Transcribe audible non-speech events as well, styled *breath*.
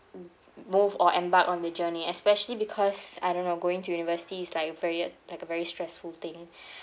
m~ move or embark on the journey especially because I don't know going to university is like a very like a very stressful thing *breath*